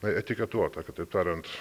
na etiketuota kitaip tariant